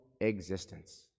existence